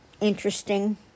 Interesting